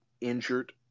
injured